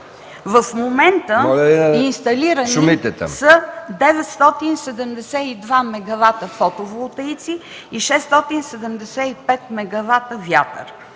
В момента са инсталирани 972 мегавата фотоволтаици и 675 мегавата вятър.